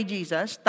Jesus